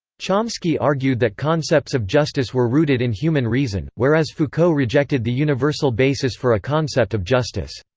chomsky argued that concepts of justice were rooted in human reason, whereas foucault rejected the universal basis for a concept of justice.